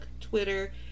Twitter